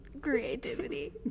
creativity